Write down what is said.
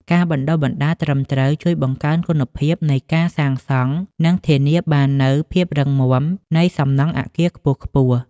ការបណ្តុះបណ្តាលត្រឹមត្រូវជួយបង្កើនគុណភាពនៃការសាងសង់និងធានាបាននូវភាពរឹងមាំនៃសំណង់អគារខ្ពស់ៗ។